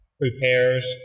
prepares